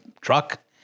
truck